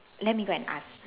let me go and ask